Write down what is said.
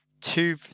two